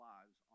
Lives